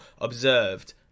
observed